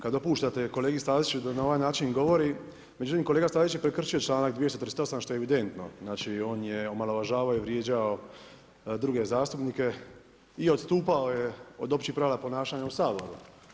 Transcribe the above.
Kad dopuštate kolegi Staziću da na ovaj način govori, međutim kolega Stazić je prekršio članak 238. što je evidentno, on je omalovažavao i vrijeđao druge zastupnike i odstupao je od općih pravila ponašanja u Saboru.